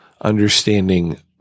understanding